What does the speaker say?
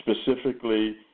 Specifically